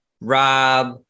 Rob